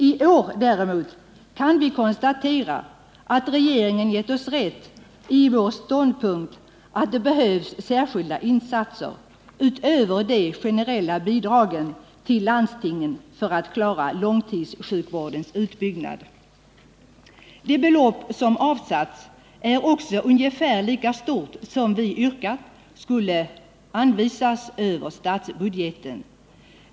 I år däremot kan vi konstatera att regeringen gett oss rätt i vår ståndpunkt att det behövs särskilda insatser, utöver de generella bidragen till landstingen, för att man skall kunna klara långtidssjukvårdens utbyggnad. Det belopp som avsatts är också ungefär lika stort som det vi yrkat skulle anvisas över statsbudgeten.